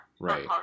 right